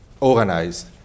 organized